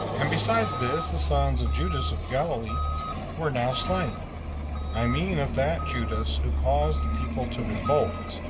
and besides this, the sons of judas of galilee were now slain i mean of that judas who caused the people to revolt,